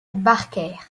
barker